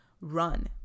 run